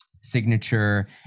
Signature